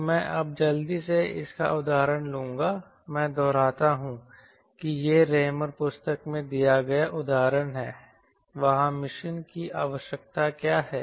तो मैं अब जल्दी से इसका उदाहरण लूंगामैं दोहराता हूं कि यह रैमर पुस्तक में दिया गया उदाहरण है वहां मिशन की आवश्यकता क्या है